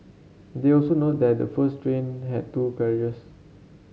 they also note that the first train had two carriages